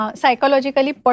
psychologically